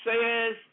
says